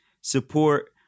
support